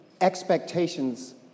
expectations